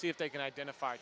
see if they can identify